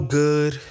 good